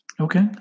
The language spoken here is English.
Okay